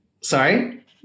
sorry